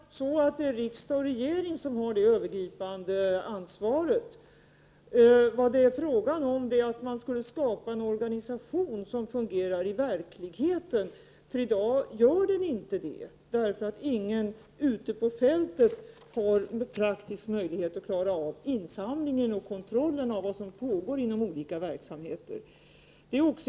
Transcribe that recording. Herr talman! Självfallet är det riksdag och regering som har det övergripande ansvaret här. Vad det är fråga om är att skapa en organisation som fungerar i verkligheten. I dag finns det inte någon sådan, eftersom ingen ute på fältet rent praktiskt har möjligheter att klara av insamlingen av miljöfarligt avfall och kontrollen av vad som pågår inom olika verksamheter.